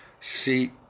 See